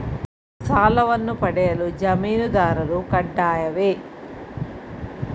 ಸಾಲವನ್ನು ಪಡೆಯಲು ಜಾಮೀನುದಾರರು ಕಡ್ಡಾಯವೇ?